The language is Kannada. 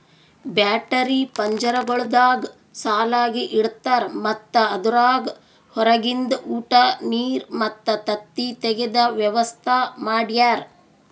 ಬ್ಯಾಟರಿ ಪಂಜರಗೊಳ್ದಾಗ್ ಸಾಲಾಗಿ ಇಡ್ತಾರ್ ಮತ್ತ ಅದುರಾಗ್ ಹೊರಗಿಂದ ಉಟ, ನೀರ್ ಮತ್ತ ತತ್ತಿ ತೆಗೆದ ವ್ಯವಸ್ತಾ ಮಾಡ್ಯಾರ